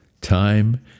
Time